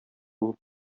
булып